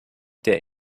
der